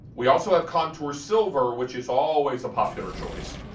we also have contour silver, which is always a popular choice.